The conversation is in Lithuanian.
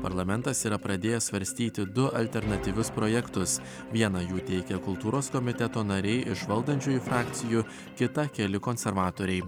parlamentas yra pradėjęs svarstyti du alternatyvius projektus vieną jų teikia kultūros komiteto nariai iš valdančiųjų frakcijų kitą keli konservatoriai